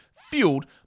fueled